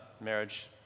marriage